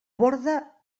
borda